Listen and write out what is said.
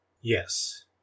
Yes